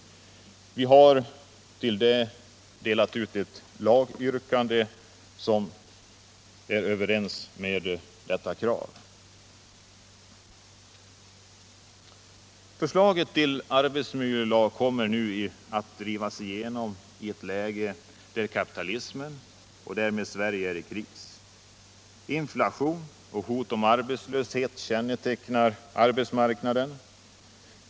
Vi har delat ut ett lagyrkande som överensstämmer med detta krav. Förslaget till arbetsmiljölag kommer nu att drivas igenom i ett läge där kapitalismen och därmed Sverige är i kris. Inflation och hot om arbetslöshet kännetecknar arbetsmarknaden.